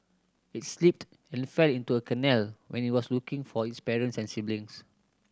it slipped and fell into a canal when it was looking for its parents and siblings